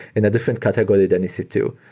in a different category than e c two,